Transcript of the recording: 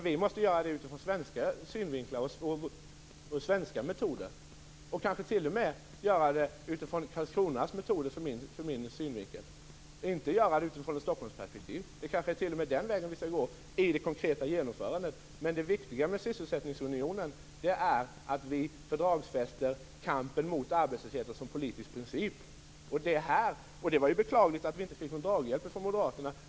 Vi måste göra det ur svensk synvinkel och med svenska metoder och kanske t.o.m. göra det, ur min synvinkel sett, utifrån Karlkronas metoder och inte göra det utifrån ett Det kanske t.o.m. är den vägen vi skall gå i det konkreta genomförandet. Men det viktiga med sysselsättningsunionen är att vi fördragsfäster kampen mot arbetslösheten som politisk princip. Det var ju beklagligt att vi inte fick någon draghjälp från moderaterna.